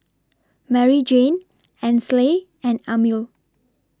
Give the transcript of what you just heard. Maryjane Ansley and Amil